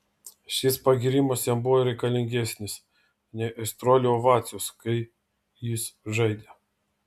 šis pagyrimas jam buvo reikalingesnis nei aistruolių ovacijos kai jis žaidė